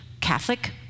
Catholic